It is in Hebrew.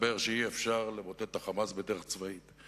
הסתבר שאי-אפשר למוטט את ה"חמאס" בדרך צבאית,